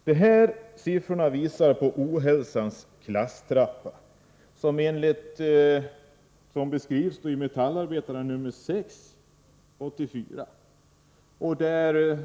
Dessa siffror visar på ohälsans klasstrappa, som beskrivs i Metallarbetaren nr 6, 1984.